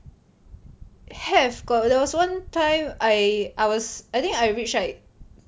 have got there was one time I was I think I reached like